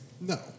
No